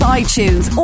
iTunes